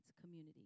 community